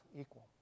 equal